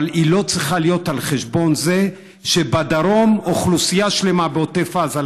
אבל היא לא צריכה להיות על חשבון זה שבדרום אוכלוסייה שלמה בעוטף עזה,